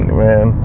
man